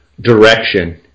direction